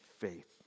faith